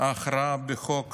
ההכרעה בחוק